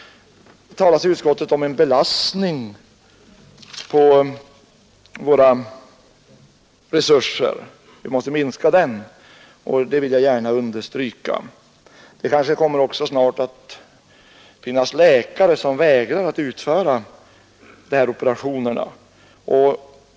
Det talas i utskottsbetänkandet om att vi måste minska belastningen på våra resurser, och det vill jag gärna understryka. Det kanske också snart kommer att finnas läkare som vägrar att utföra de här operationerna.